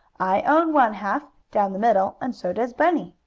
i own one half, down the middle, and so does bunny.